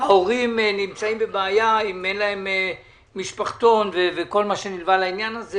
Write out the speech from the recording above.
ההורים נמצאים בבעיה כי אם אין להם משפחתון וכל מה שנלווה לעניין הזה